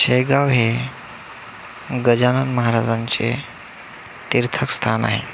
शेगाव हे गजानन महाराजांचे तीर्थस्थान आहे